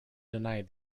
denied